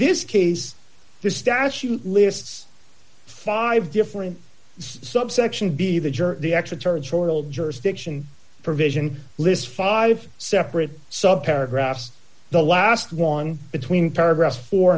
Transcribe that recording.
this case this statute lists five different subsection b the jury the extraterritorial jurisdiction provision lists five separate subcarrier graphs the last one between paragraphs four